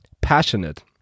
passionate